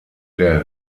der